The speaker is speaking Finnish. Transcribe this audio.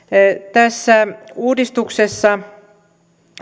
tässä uudistuksessa